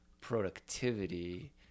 productivity